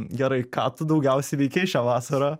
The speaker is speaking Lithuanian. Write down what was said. gerai ką tu daugiausiai veikei šią vasarą